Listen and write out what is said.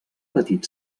patit